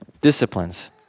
disciplines